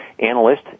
analyst